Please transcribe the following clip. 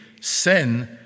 sin